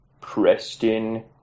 Preston